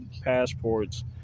passports